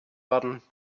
werden